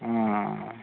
ᱚ